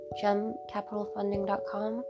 gemcapitalfunding.com